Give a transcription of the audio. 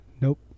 Nope